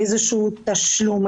איזשהו תשלום,